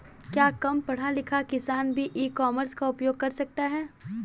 क्या कम पढ़ा लिखा किसान भी ई कॉमर्स का उपयोग कर सकता है?